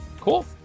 Cool